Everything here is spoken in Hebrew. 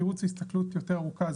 יתירות זה הסתכלות יותר ארוכה,